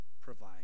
Provide